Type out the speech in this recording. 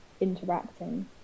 interacting